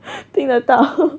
听得到